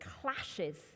clashes